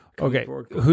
Okay